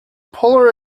polar